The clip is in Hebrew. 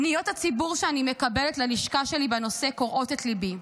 פניות הציבור שאני מקבלת ללשכה שלי בנושא קורעות את ליבי.